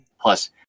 Plus